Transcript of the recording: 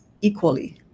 equally